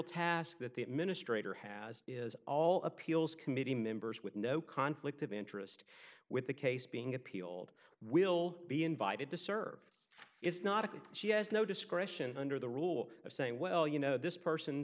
task that the administrator has is all appeals committee members with no conflict of interest with the case being appealed will be invited to serve it's not a she has no discretion under the rule of saying well you know this person